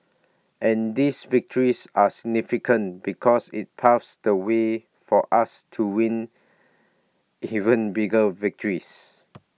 and these victories are significant because IT paves the way for us to win even bigger victories